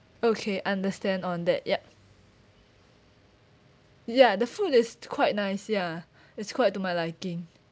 okay understand on that ya ya the food is quite nice ya it's quite to my liking